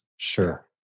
Sure